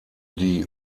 die